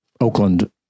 Oakland